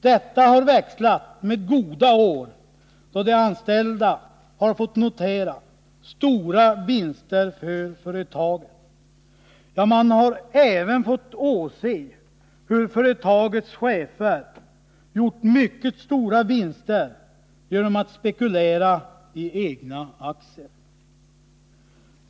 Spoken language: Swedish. Detta har växlat med goda år då de anställda har kunnat notera stora vinster för företaget. Ja, man har även fått åse hur företagets egna chefer gjort mycket stora vinster genom att spekulera i egna aktier.